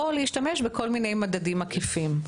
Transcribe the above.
או להשתמש בכל מיני מדדים עקיפים.